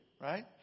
Right